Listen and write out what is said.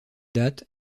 date